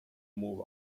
move